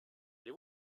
les